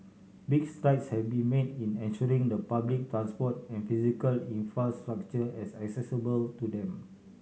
big strides have been made in ensuring the public transport and physical infrastructure as accessible to them